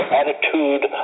attitude